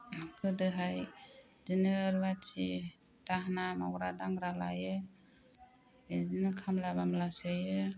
गोदोहाय बिदिनो रुवाथि दाहोना मावग्रा दांग्रा लायो इदिनो खामला बामला सोयो